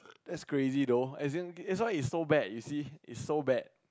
that's crazy though as in this one is so bad you see is so bad